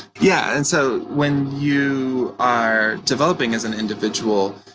yeah and so when you are developing as an individual,